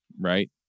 Right